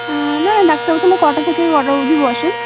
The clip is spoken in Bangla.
না ডাক্তারাব তাহলে কটা থেকে কটাার অধি বসেন